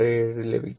67 ലഭിക്കും